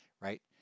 right